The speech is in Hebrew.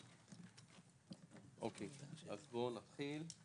אוקיי, אז בואו נתחיל.